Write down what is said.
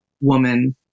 woman